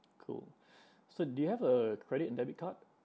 cool so do you have a credit and debit card